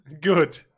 Good